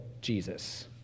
Jesus